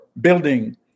building